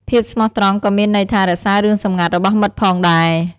ភាពស្មោះត្រង់ក៏មានន័យថា រក្សារឿងសម្ងាត់របស់មិត្តផងដែរ។